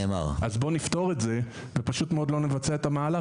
אז בוא נפתור את זה ופשוט מאוד לא נבצע את המהלך,